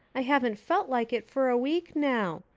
i haven't felt like it for a week now.